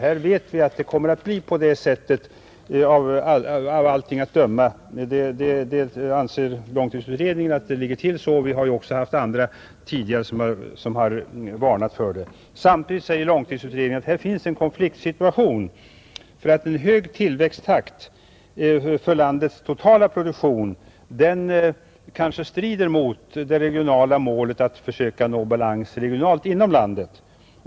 Vi vet att det av allt att döma blir såsom långtidsutredningen och andra tidigare varnat för om inga motåtgärder vidtas. Samtidigt säger långtidsutredningen att det här finns en konfliktsituation, eftersom en hög tillväxttakt för landets totala produktion kanske strider mot det regionala målet beträffande balansen inom landet.